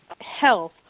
health